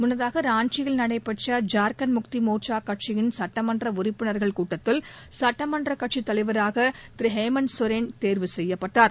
முன்னதாக ராஞ்சியில் நடைபெற்ற ஜார்க்கண்ட் முக்தி மோர்ச்சா கட்சியின் சட்டமன்ற உறுப்பினர்கள் கூட்டத்தில் சட்டமன்றக் கட்சித் தலைவராக திரு ஹேமந்த் சோரன் தேர்வு செய்யப்பட்டார்